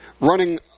running